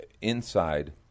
inside